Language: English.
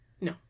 No